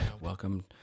Welcome